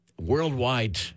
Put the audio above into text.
worldwide